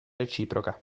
reciproca